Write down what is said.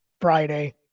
Friday